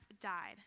died